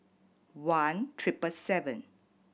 one triple seven